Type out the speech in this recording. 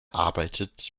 arbeitet